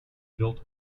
built